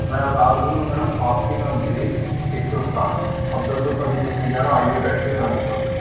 मैं उतार दूँगा मैडम आपकी ना मेरी एक सौ साठ अब दस रुपये में कुछ नहीं जा रहा आइए बैठिए मैं अभी छोड़ दूँगा